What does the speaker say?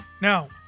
Now